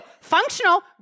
Functional